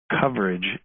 coverage